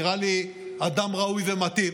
נראה לי אדם ראוי ומתאים.